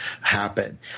happen